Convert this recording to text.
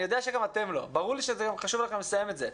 אני יודע שגם אתם לא וברור לי שחשוב לכם לסיים את זה,